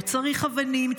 לא צריך אבנים,